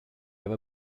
ever